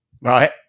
Right